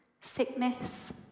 sickness